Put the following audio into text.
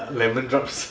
lemon drops